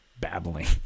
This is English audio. babbling